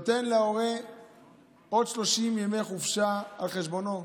תיקון שנותן להורה עוד 30 ימי חופשה על חשבונו.